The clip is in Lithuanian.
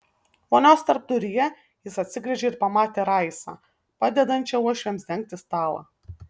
vonios tarpduryje jis atsigręžė ir pamatė raisą padedančią uošviams dengti stalą